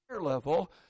level